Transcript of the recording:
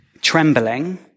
Trembling